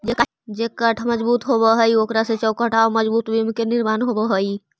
जे काष्ठ मजबूत होवऽ हई, ओकरा से चौखट औउर मजबूत बिम्ब के निर्माण होवऽ हई